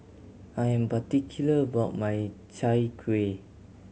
I am particular about my Chai Kuih